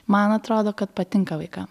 man atrodo kad patinka vaikam